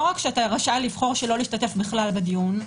רק שאתה רשאי לבחור לא להשתתף כלל בדיון,